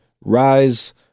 Rise